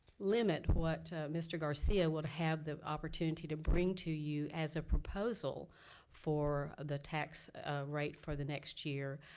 limit what mr. garcia would have the opportunity to bring to you as a proposal for the tax right for the next year.